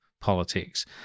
politics